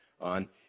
on